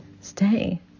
stay